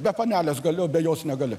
be panelės gali o be jos negali